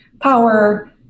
power